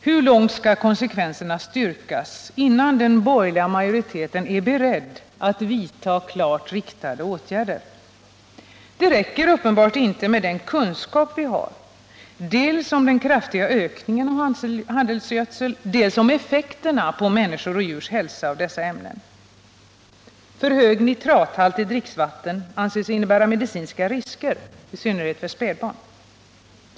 Hur långt skall konsekvenserna styrkas innan den borgerliga majoriteten är beredd att vidta klart riktade åtgärder? Det räcker uppenbart inte med den kunskap vi har dels om den kraftiga ökningen av handelsgödsel, dels om effekterna på människors och djurs hälsa av dessa ämnen. För hög nitrathalt i dricksvatten anses innebära medicinska risker, i synnerhet för spädbarn.